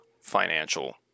financial